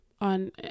on